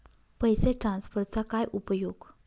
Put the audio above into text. पैसे ट्रान्सफरचा काय उपयोग?